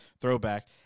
throwback